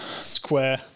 square